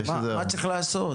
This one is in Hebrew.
מה צריך לעשות?